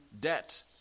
debt